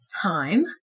time